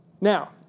Now